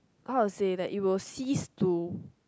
how to say that it will see to